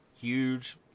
huge